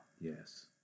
Yes